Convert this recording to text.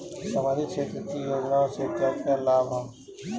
सामाजिक क्षेत्र की योजनाएं से क्या क्या लाभ है?